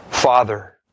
Father